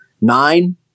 nine